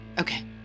Okay